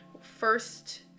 First